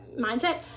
mindset